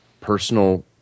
personal